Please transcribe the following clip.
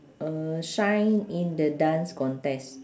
uh shine in the dance contest